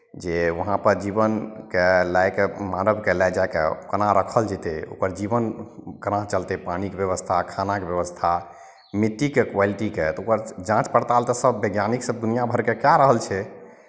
जे वहाँपर जीवनके लए कऽ मानवकेँ लए जाय कऽ कोना रखल जेतै ओकर जीवन केना चलतै पानिके व्यवस्था खानाके व्यवस्था मिट्टीके क्वालिटीके तऽ ओकर जाँच पड़ताल तऽ सभ वैज्ञानिकसभ दुनिआँ भरिके कए रहल छै